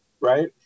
Right